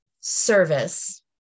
service